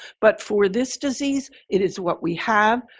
but for this disease, it is what we have.